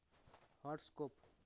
horoscope